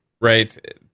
right